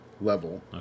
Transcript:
level